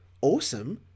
awesome